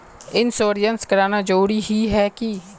Insurance कराना जरूरी ही है की?